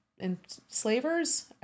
enslavers